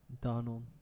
donald